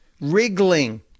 wriggling